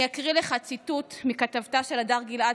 אני אקריא לך ציטוט מכתבתה של הדר גיל-עד,